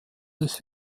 des